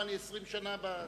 ואני 20 שנה בכנסת.